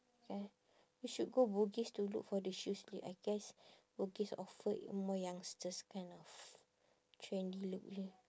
kan you should go bugis to look for the shoes I guess bugis offer more youngsters kind of trendy look